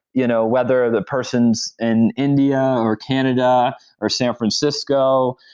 you know whether the persons in india or canada or san francisco,